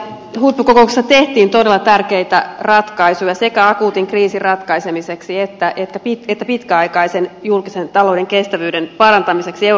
huippukokouksessa tehtiin todella tärkeitä ratkaisuja sekä akuutin kriisin ratkaisemiseksi että pitkäaikaisen julkisen talouden kestävyyden parantamiseksi euroopassa